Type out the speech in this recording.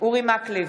אורי מקלב,